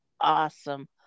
awesome